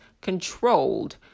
controlled